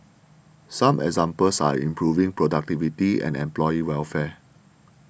some examples are improving productivity and employee welfare